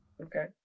Okay